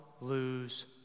lose